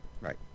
Right